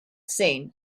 seen